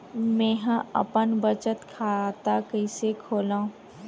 मेंहा अपन बचत खाता कइसे खोलव?